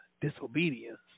disobedience